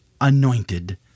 anointed